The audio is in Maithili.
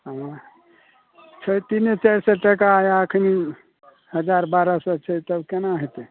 हमरा छै तीने चारि सए टका आ अखनि हजार बारह सए छै तब केना होयतै